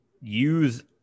use